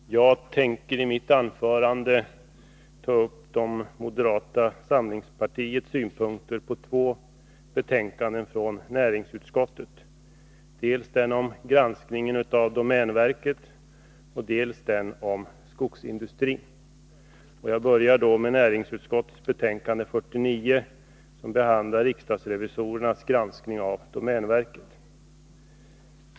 Fru talman! Jag kommer i mitt anförande att ta upp moderata samlingspartiets synpunkter på två betänkanden från näringsutskottet, dels det om granskningen av domänverket, dels det om skogsindustrin. Jag börjar med näringsutskottets betänkande 49, som behandlar riksdagsrevisorernas granskning av domänverket.